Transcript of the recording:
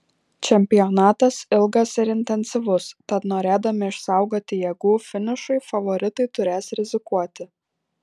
čempionatas ilgas ir intensyvus tad norėdami išsaugoti jėgų finišui favoritai turės rizikuoti